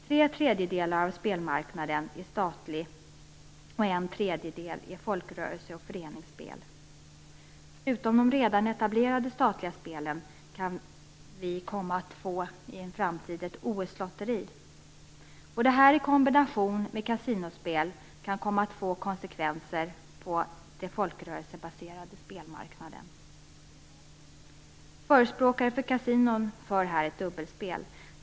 Två tredjedelar av spelmarknaden är statlig och en tredjedel utgörs av folkrörelse och föreningsspel. Förutom de redan etablerade statliga spelen kan vi komma att få ett OS-lotteri i framtiden. Det här i kombination med kasinospel kan komma att få konsekvenser för den folkrörelsebaserade spelmarknaden. Förespråkare för kasinon spelar här ett dubbelspel.